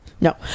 no